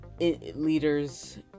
leaders